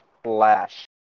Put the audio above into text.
splash